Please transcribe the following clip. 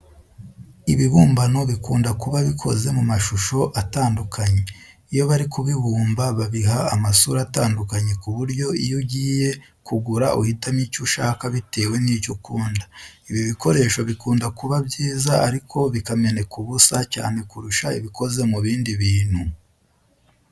Ibibumbano bikunda kuba bikoze mu mashusho atandukanye. Iyo bari kubibumba babiha amasura atandukanye ku buryo iyo ugiye kugura uhitamo icyo ushaka bitewe n'icyo ukunda. Ibi bikoresho bikunda kuba byiza ariko bikameneka ubusa cyane kurusha ibikoze mu bindi bintu.